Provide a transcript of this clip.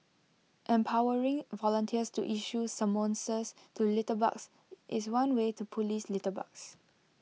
empowering volunteers to issue summonses to litterbugs is one way to Police litterbugs